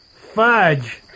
Fudge